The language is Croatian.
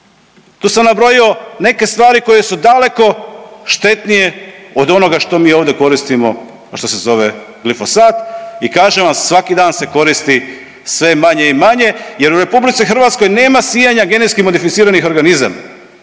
Tu sam nabrojio neke stvari koje su daleko štetnije od onoga što mi ovdje koristimo, a što se zove glifosat i kažem vam svaki dan se koristi sve manje i manje jer u RH nema sijanja GMO-a, mi ne sijemo genetski modificiranu soju,